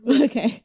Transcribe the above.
Okay